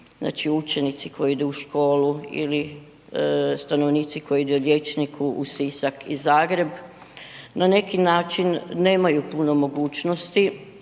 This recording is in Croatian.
učenici koji idu u školu ili stanovnici koji idu liječniku u Sisak i Zagreb na neki način nemaju puno mogućnosti,